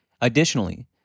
Additionally